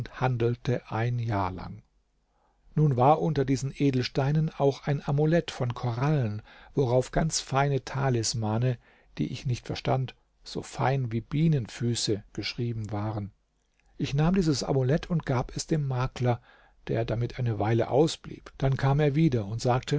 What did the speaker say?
handelte ein jahr lang nun war unter diesen edelsteinen auch ein amulett von korallen worauf ganz feine talismane die ich nicht verstand so fein wie bienenfüße geschrieben waren ich nahm dieses amulett und gab es dem makler der damit eine weile ausblieb dann kam er wieder und sagte